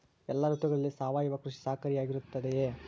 ಎಲ್ಲ ಋತುಗಳಲ್ಲಿ ಸಾವಯವ ಕೃಷಿ ಸಹಕಾರಿಯಾಗಿರುತ್ತದೆಯೇ?